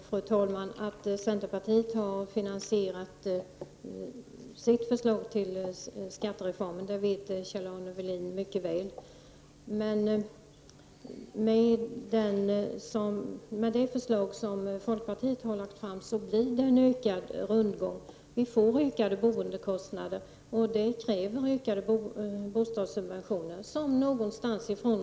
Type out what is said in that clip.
Fru talman! Att centerpartiet har finansierat sitt förslag till skattereform vet Kjell-Arne Welin mycket väl, men med det förslag som folkpartiet har lagt fram blir det en ökad rundgång. Vi får ökade boendekostnader, och därför kommer det att krävas ökade bostadssubventioner, som måste tas någonstans ifrån.